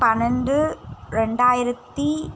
பன்னெண்டு ரெண்டாயிரத்தி